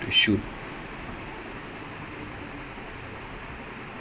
and he ya I don't know lah it happens sometimes right